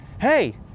hey